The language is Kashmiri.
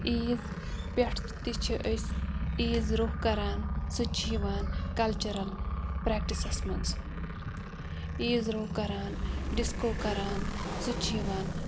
عیٖز پٮ۪ٹھ تہِ چھِ أسۍ عیٖز روٚف کَران سُہ تہِ چھِ یِوان کَلچرَل پرٮ۪کٹِسَس منٛز عیٖز روف کَران ڈِسکو کَران سُہ تہِ چھُ یِوان